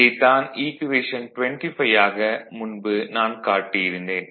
இதைத் தான் ஈக்குவேஷன் 25 ஆக முன்பு நான் காட்டியிருந்தேன்